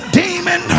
demon